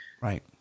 Right